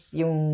yung